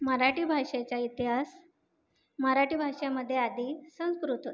मराठी भाषेचा इतिहास मराठी भाषेमध्ये आधी संस्कृत होती